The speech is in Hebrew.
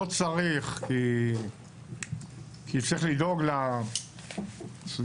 לא צריך כי צריך לדאוג לסביבה,